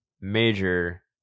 major